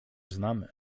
znamy